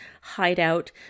hideout